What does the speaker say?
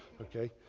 ok.